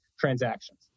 transactions